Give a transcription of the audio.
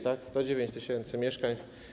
Tak, 109 tys. mieszkań.